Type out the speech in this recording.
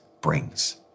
brings